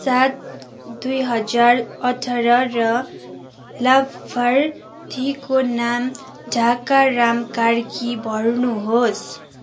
सात दुई हजार अठार र लाभार्थीको नाम ढाका राम कार्की भर्नुहोस्